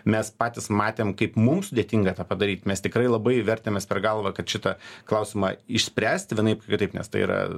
mes patys matėm kaip mums sudėtinga tą padaryt mes tikrai labai vertėmės per galvą kad šitą klausimą išspręsti vienaip ar kitaip nes tai yra